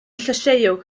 llysieuwr